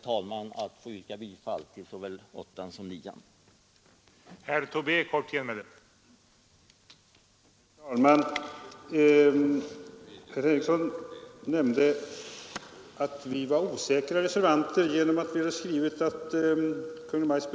Jag ber att få yrka bifall till vad civilutskottet hemställt i betänkandena nr 8 och 9.